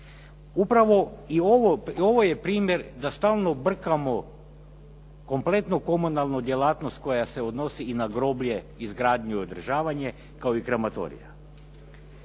Upravo i ovo je primjer da stalno brkamo kompletnu komunalnu djelatnost koja se odnosi i na groblje, izgradnju i održavanju kao i krematorija.